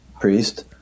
priest